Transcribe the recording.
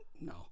No